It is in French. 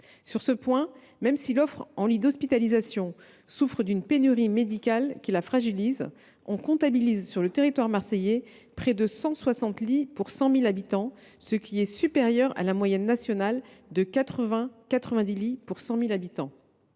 Sur ce point, même si l’offre de lits souffre d’une pénurie médicale qui la fragilise, on comptabilise, sur le territoire marseillais, près de 160 lits pour 100 000 habitants, ce qui est supérieur à la moyenne nationale de 80 à 90 lits pour 100 000 habitants.